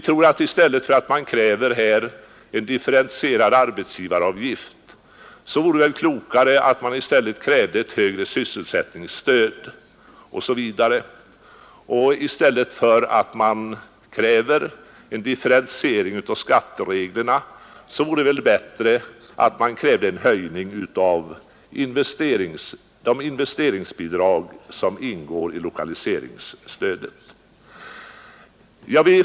Det vore enligt vår uppfattning klokare att kräva ett högre sysselsättningsstöd i stället för en differentierad arbetsgivaravgift, och i stället för att kräva en differentiering av skattereglerna vore det bättre att kräva en höjning av de investeringsbidrag som ingår i lokaliseringsstödet.